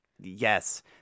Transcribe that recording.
Yes